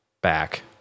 back